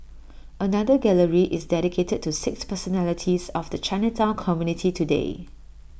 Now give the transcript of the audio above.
another gallery is dedicated to six personalities of the Chinatown community today